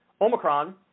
Omicron